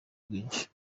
bwinshi